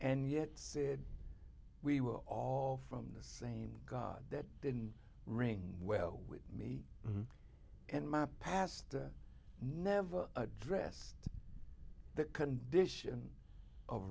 and yet said we were all from the same god that didn't ring well with me and my pastor never addressed the condition of